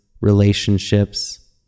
relationships